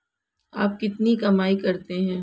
आप कितनी कमाई करते हैं?